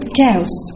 chaos